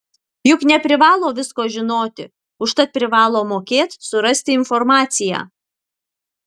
juk neprivalo visko žinoti užtat privalo mokėt surasti informaciją